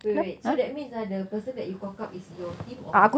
wait wait wait so that means ah the person that you cock up is your team or